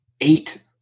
eight